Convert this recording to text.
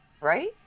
right